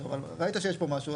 אבל ראית שיש פה משהו.